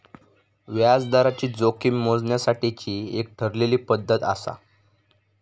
व्याजदराची जोखीम मोजण्यासाठीची एक ठरलेली पद्धत आसा